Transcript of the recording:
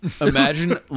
Imagine